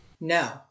No